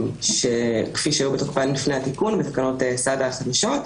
כפי שהיו בתוקפן לפני התיקון, לתקנות סד"א החדשות.